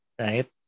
Right